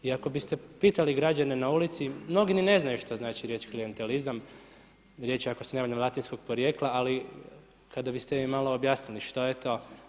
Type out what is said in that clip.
I ako biste pitali građane na ulici, mnogi ni ne znaju što znači riječ klijentelizam, riječ je ako se ne varam latinskog porijekla, ali kada biste im malo objasnili što je to.